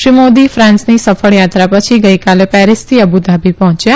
શ્રી મોદી ફાંસની સફળયાત્રા પછી ગઈકાલે પેરીસથી અબુધાબી પહોચ્યા